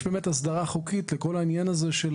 במקומות האלה יש הסדרה חוקית לכל העניין הזה של